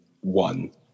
one